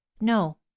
no